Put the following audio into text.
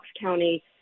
County